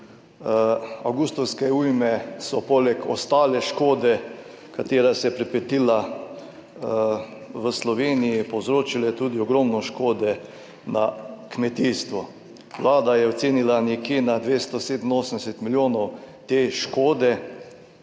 Avgustovske ujme so poleg ostale škode, ki se je pripetila v Sloveniji, povzročile tudi ogromno škode v kmetijstvu. Vlada je ocenila to škodo nekje na 287 milijonov. Kot